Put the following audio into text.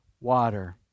water